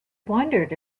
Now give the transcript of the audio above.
wondered